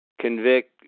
convict